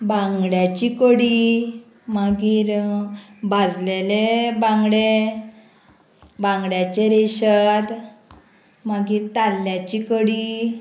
बांगड्याची कडी मागीर भाजलेले बांगडे बांगड्याचें रेशाद मागीर ताल्ल्यांची कडी